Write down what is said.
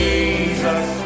Jesus